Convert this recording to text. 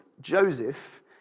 Joseph